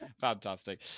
Fantastic